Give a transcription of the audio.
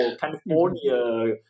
California